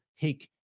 take